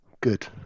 Good